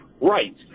right